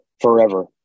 forever